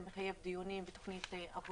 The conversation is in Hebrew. זה מחייב דיונים ותוכנית עבודה,